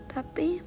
Tapi